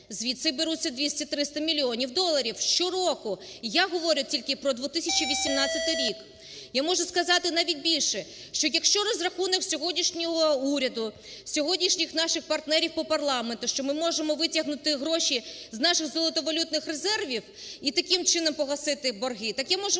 Звідси беруться 200-300 мільйонів доларів щороку. І я говорю тільки про 2018 рік. Я можу сказати навіть більше. Що якщо розрахунок сьогоднішнього уряду, сьогоднішніх наших партнерів по парламенту, що ми можемо витягнути гроші з наших золотовалютних резервів і таким чином погасити борги, так я можу